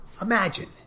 imagine